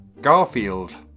Garfield